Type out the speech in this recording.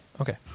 okay